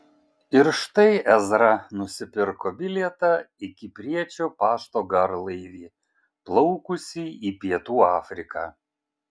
ir štai ezra nusipirko bilietą į kipriečio pašto garlaivį plaukusį į pietų afriką